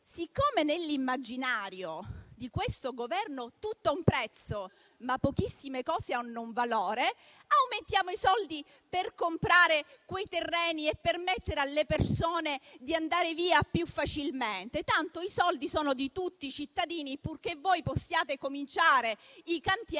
siccome nell'immaginario di questo Governo tutto ha un prezzo, ma pochissime cose hanno un valore, aumentiamo i soldi per comprare quei terreni e permettere alle persone di andare via più facilmente, tanto i soldi sono di tutti i cittadini. Purché voi possiate cominciare i cantieri,